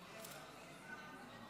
חברת הכנסת לזימי,